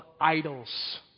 idols